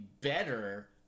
better